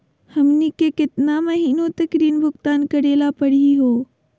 हमनी के केतना महीनों तक ऋण भुगतान करेला परही हो?